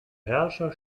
herrscher